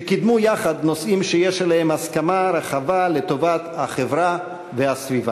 שקידמו יחד נושאים שיש עליהם הסכמה רחבה לטובת החברה והסביבה.